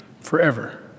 forever